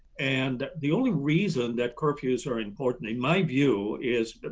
and the only reason that curfews are important, in my view, is,